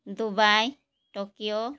Dubai Tokyo